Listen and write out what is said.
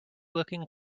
looking